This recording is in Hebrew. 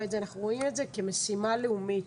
כמשימה לאומית.